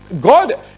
God